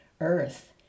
earth